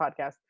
podcast